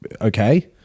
okay